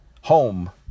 home